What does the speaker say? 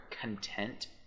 content